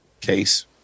case